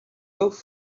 looked